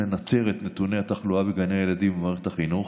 ומנטר את נתוני התחלואה בגני הילדים ובמערכת החינוך